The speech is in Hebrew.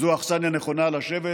שזו אכסניה נכונה לשבת